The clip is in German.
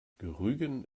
rügen